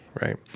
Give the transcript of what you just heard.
right